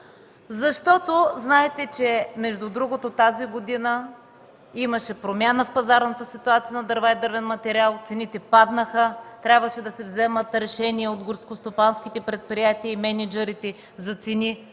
Защото знаете, че тази година имаше промяна в пазарната ситуация на дърва и дървен материал, цените паднаха, трябваше да се вземат решения от горскостопанските предприятия и мениджърите за цени,